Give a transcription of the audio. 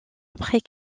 après